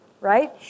Right